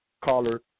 caller